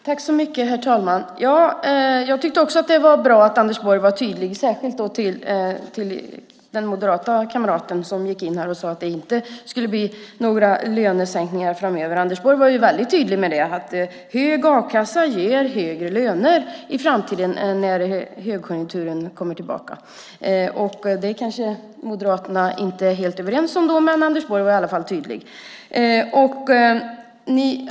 Herr talman! Jag tyckte också att det var bra att Anders Borg var tydlig, särskilt till den moderata kamraten som gick in här och sade att det inte skulle bli några lönesänkningar framöver. Anders Borg var ju väldigt tydlig med att hög a-kassa ger högre löner i framtiden när högkonjunkturen kommer tillbaka. Det kanske inte Moderaterna är helt överens om, men Anders Borg var i alla fall tydlig.